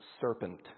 serpent